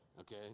Okay